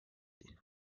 and